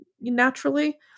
naturally